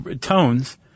tones